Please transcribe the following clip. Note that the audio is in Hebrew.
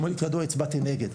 אני כידוע הצבעתי נגד,